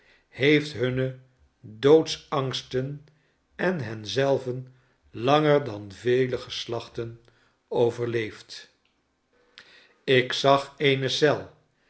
heeft hunne doodsangsten en hen zelven langer dan vele geslachten overleefd ik zag eene eel